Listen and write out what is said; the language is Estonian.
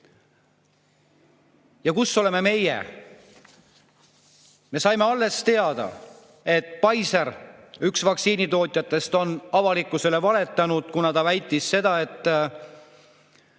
Ja kus oleme meie? Me saime alles teada, et Pfizer, üks vaktsiinitootjatest, on avalikkusele valetanud, kuna ta väitis, et